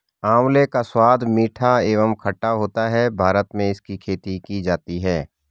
आंवले का स्वाद मीठा एवं खट्टा होता है भारत में इसकी खेती की जाती है